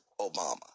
Obama